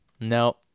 No